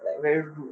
like very rude